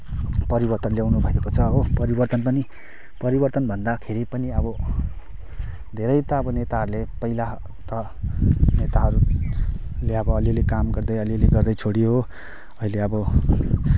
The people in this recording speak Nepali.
परिवर्तन ल्याउनु भएको छ परिवर्तन पनि परिवर्तन भन्दाखेरि पनि अब धेरै त अब नेताहरूले पहिला त नेताहरूले अब अलिअलि काम गर्दै अलिअलि गर्दै छोडियो हो अहिले अब